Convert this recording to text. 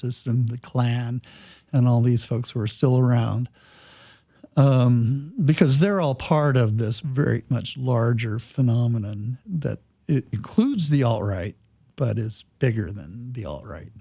and the klan and all these folks who are still around because they're all part of this very much larger phenomenon that includes the all right but is bigger than the all right